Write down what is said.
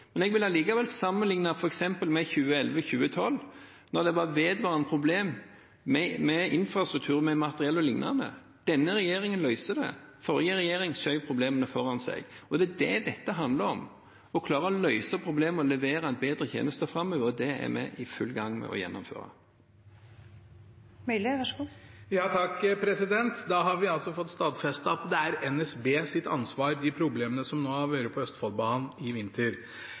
Jeg vil allikevel sammenlikne med f.eks. 2011–2012, da det var vedvarende problemer med infrastruktur, materiell og liknende. Denne regjeringen løser dette, den forrige regjeringen skjøv problemene foran seg. Det er det som dette handler om – å klare å løse problemene og levere en bedre tjeneste framover, og det er vi i full gang med å gjennomføre. Da har vi fått stadfestet at de problemene som har vært på Østfoldbanen i vinter, er NSBs ansvar. NSB er eid av staten, samferdselsministeren har det overordnede ansvaret for selskapet NSB. Han har